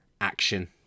Action